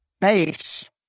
base